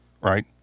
Right